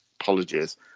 apologies